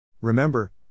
Remember